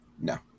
No